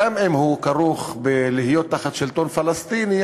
גם אם הוא כרוך בלהיות תחת שלטון פלסטיני,